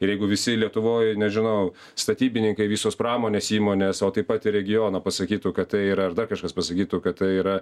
ir jeigu visi lietuvoj nežinau statybininkai visos pramonės įmonės o taip pat ir regionų pasakytų kad tai yra kažkas pasakytų kad tai yra